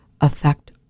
affect